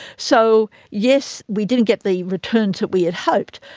so, yes, we didn't get the returns that we had hoped,